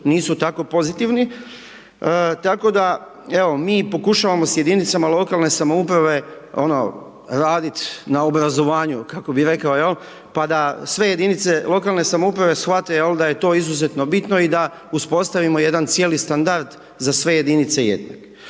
nisu tako pozitivni, tako da, evo, mi pokušavamo s jedinicama lokalne samouprave, ono, radit na obrazovanju kako bi rekao jel', pa da sve jedinice lokalne samouprave shvate jel' da je to izuzetno bitno, i da uspostavimo jedan cijeli standard za sve jedinice jednak.